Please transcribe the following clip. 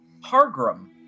Hargrim